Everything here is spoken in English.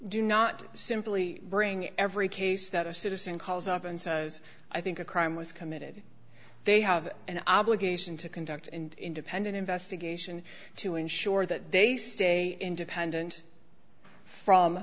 do not simply bring every case that a citizen calls up and says i think a crime was committed they have an obligation to conduct an independent investigation to ensure that they stay independent from